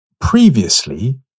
previously